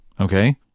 Okay